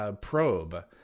probe